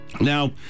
Now